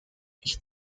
ich